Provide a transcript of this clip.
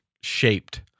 shaped